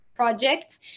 Projects